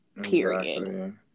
period